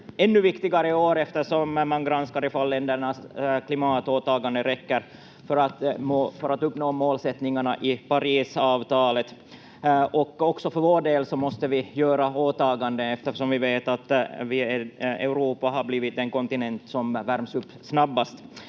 ännu viktigare i år, eftersom man granskar ifall ländernas klimatåtaganden räcker för att uppnå målsättningarna i Parisavtalet. Också för vår del måste vi göra åtaganden, eftersom vi vet att Europa har blivit den kontinent som värms upp snabbast.